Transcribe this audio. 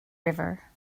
river